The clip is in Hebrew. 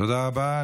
תודה רבה.